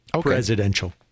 presidential